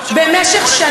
אם המדינה הקימה את תל-אביב,